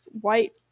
white